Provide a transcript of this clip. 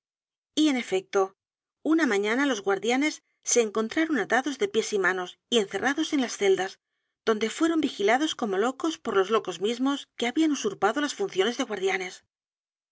y en efecto una mañana los guardianes se encontraron atados de pies y manos y encerrados en las celdas donde fueron vigilados como locos por los locos mismos que habían usurpado las funciones de guardianes